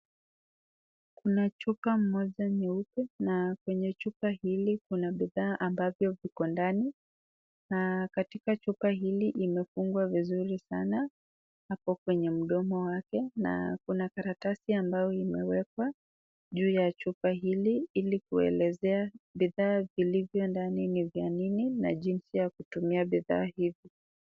Kuna chupa moja nyeupe na kwenye chupa hili kuna bidhaa ambavyo viko ndani na katika chupa hili imefungwa vizuri sana hapo kwenye mdomo wake na kuna karatasi ambayo imewekwa juu ya chupa hili ili kuelezea bidhaa vilivyo ndani ni vya nini na jinsi ya kutumia bidhaa hivi.